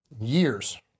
Years